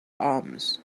arms